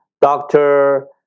Doctor